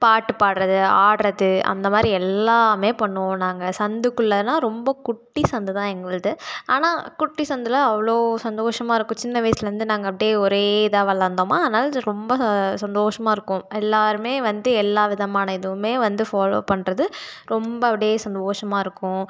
பாட்டுப் பாடுறது ஆடுறது அந்த மாதிரி எல்லாமே பண்ணுவோம் நாங்கள் சந்துக்குள்ளன்னா ரொம்பக் குட்டி சந்து தான் எங்களுது ஆனால் குட்டி சந்தில் அவ்வளோ சந்தோஷமாக இருக்கும் சின்ன வயசுலேருந்து நாங்கள் அப்படே ஒரே இதாக வளர்ந்தோமா அதனால் இது ரொம்ப ச சந்தோஷமாக இருக்கும் எல்லாருமே வந்து எல்லா விதமான இதுவுமே வந்து ஃபாலோ பண்ணுறது ரொம்ப அப்படியே சந்தோஷமாக இருக்கும்